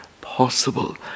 possible